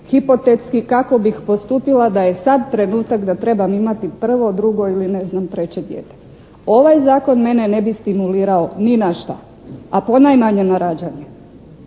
hipotetski kako bih postupila da je sad trenutak da trebam imati 1., 2. ili ne znam, 3. dijete. Ovaj Zakon mene ne bi stimulirao ni na šta, a ponajmanje na rađanje.